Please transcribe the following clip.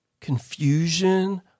confusion